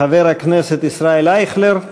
חבר הכנסת ישראל אייכלר,